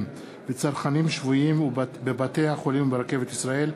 וצרכנים שבויים בבתי-החולים וברכבת ישראל.